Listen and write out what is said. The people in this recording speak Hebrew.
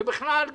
ובכלל,